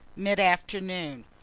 mid-afternoon